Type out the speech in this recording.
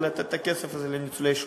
ולתת את הכסף הזה לניצולי שואה.